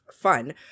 fun